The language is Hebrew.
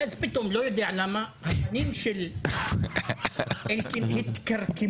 ואז פתאום, לא יודע למה, הפנים של אלקין התכרכמו.